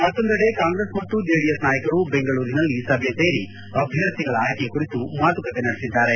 ಮತ್ತೊಂದೆಡೆ ಕಾಂಗ್ರೆಸ್ ಮತ್ತು ಜೆಡಿಎಸ್ ನಾಯಕರು ಬೆಂಗಳೂರಿನಲ್ಲಿ ಸಭೆ ಸೇರಿ ಅಭ್ಯರ್ಥಿಗಳ ಆಯ್ಕೆ ಕುರಿತು ಮಾತುಕತೆ ನಡೆಸಿದ್ದಾರೆ